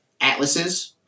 Atlases